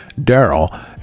Daryl